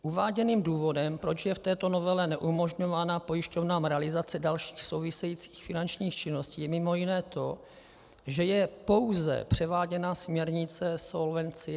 Uváděným důvodem, proč je v této novele neumožňována pojišťovnám realizace dalších souvisejících finančních činností, je mimo jiné to, že je pouze převáděna směrnice Solvency II.